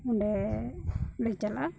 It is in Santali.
ᱚᱸᱰᱮ ᱞᱮ ᱪᱟᱞᱟᱜᱼᱟ